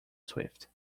swift